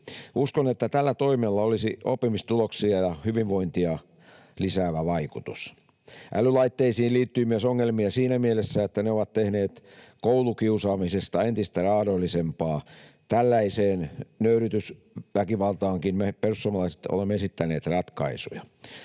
Uskon, että tällä toimella olisi oppimistuloksia ja hyvinvointia lisäävä vaikutus. Älylaitteisiin liittyy myös ongelmia siinä mielessä, että ne ovat tehneet koulukiusaamisesta entistä raadollisempaa. Tällaiseen nöyryytysväkivaltaankin me perussuomalaiset olemme esittäneet ratkaisuja.